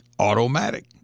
Automatic